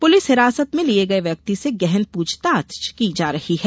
police हिरासत में लिए गए व्यक्ति से गहन पूछतांछ की जा रही है